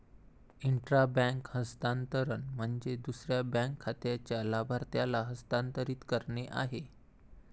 intra bank हस्तांतरण म्हणजे दुसऱ्या बँक खात्याच्या लाभार्थ्याला हस्तांतरित करणे आहे